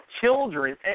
children